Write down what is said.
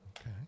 Okay